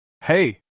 Hey